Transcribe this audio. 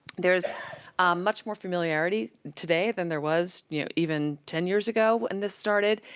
there's much more familiarity today than there was, you know, even ten years ago when this started,